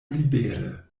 libere